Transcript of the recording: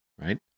right